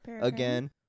Again